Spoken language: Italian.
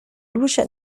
luce